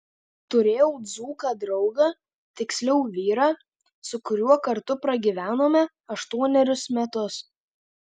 turėjau dzūką draugą tiksliau vyrą su kuriuo kartu pragyvenome aštuonerius metus